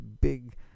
big